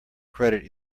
credit